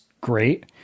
great